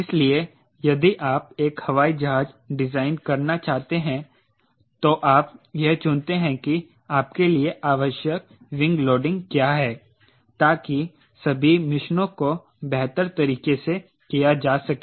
इसलिए यदि आप एक हवाई जहाज डिजाइन करना चाहते हैं तो आप यह चुनते हैं कि आपके लिए आवश्यक विंग लोडिंग क्या है ताकि सभी मिशनों को बेहतर तरीके से किया जा सके